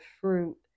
fruit